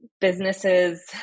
businesses